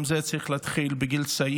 גם את זה צריך להתחיל בגיל צעיר.